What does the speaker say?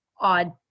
odd